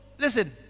listen